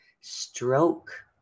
stroke